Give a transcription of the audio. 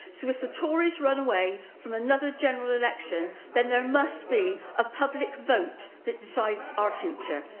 so if the tories run away from another general election, then there must be a public vote that decides our future.